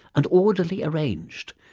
and orderly arranged,